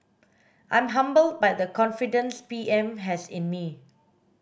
I'm humbled by the confidence P M has in me